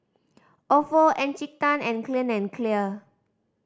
Ofo Encik Tan and Clean and Clear